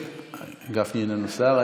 גפני איננו שר.